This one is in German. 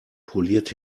poliert